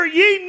ye